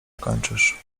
kończysz